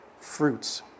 fruits